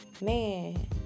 Man